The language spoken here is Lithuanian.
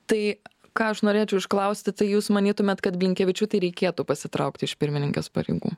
tai ką aš norėčiau išklausti tai jūs manytumėt kad blinkevičiūtei reikėtų pasitraukt iš pirmininkės pareigų